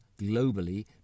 globally